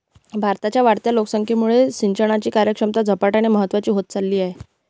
भारताच्या वाढत्या लोकसंख्येमुळे सिंचनाची कार्यक्षमता झपाट्याने महत्वाची होत चालली आहे